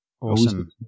Awesome